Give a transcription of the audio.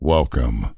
Welcome